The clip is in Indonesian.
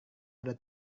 ada